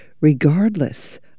regardless